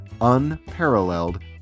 unparalleled